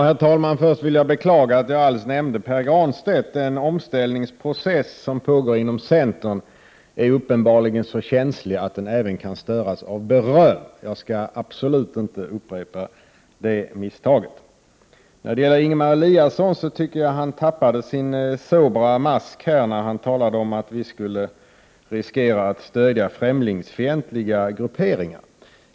Herr talman! Först vill jag beklaga att jag alls nämnde Pär Granstedt. Den omställningsprocess som pågår inom centern är uppenbarligen så känslig att den även kan störas av beröm. Jag skall absolut inte upprepa det misstaget. Jag tycker att Ingemar Eliasson tappade sin sobra mask när han talade om att vi skulle riskera att stödja främlingsfientliga grupperingar.